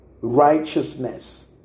righteousness